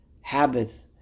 habits